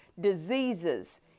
diseases